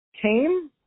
came